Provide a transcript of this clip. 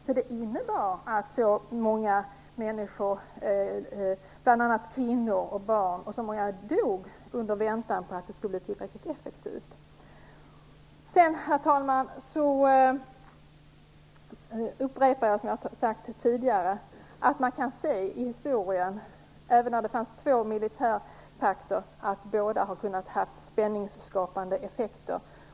Det är inte bra att så många människor, bl.a. kvinnor och barn, dog i väntan på att det här skulle bli tillräckligt effektivt. Sedan, herr talman, upprepar jag vad jag har sagt tidigare. Man kan se i historien att när det fanns två militärpakter kunde båda ha spänningsskapande effekter.